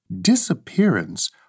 disappearance